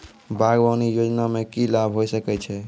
बागवानी योजना मे की लाभ होय सके छै?